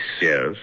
Yes